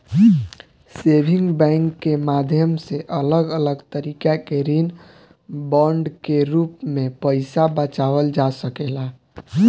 saving bank के माध्यम से अलग अलग तरीका के ऋण बांड के रूप में पईसा बचावल जा सकेला